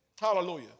Hallelujah